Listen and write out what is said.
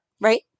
Right